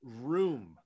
room